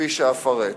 כפי שאפרט.